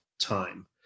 time